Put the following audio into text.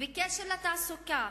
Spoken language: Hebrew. בקשר לתעסוקה,